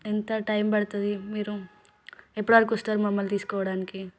ఎంత టైం పడుతుంది మీరు ఎప్పటి వరకొస్తారు మమ్మల్ని తీసుకుపోవడానికి